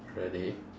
really